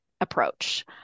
approach